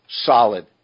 solid